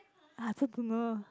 I also don't know